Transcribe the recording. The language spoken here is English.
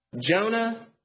Jonah